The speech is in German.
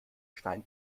stein